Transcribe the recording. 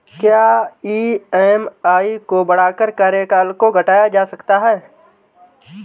क्या ई.एम.आई को बढ़ाकर कार्यकाल को घटाया जा सकता है?